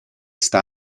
sta